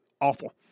awful